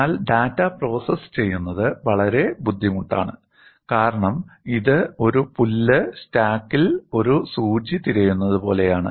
എന്നാൽ data process ചെയ്യുന്നത് വളരെ ബുദ്ധിമുട്ടാണ് കാരണം ഇത് ഒരു പുല്ല് സ്റ്റാക്കിൽ ഒരു സൂചി തിരയുന്നത് പോലെയാണ്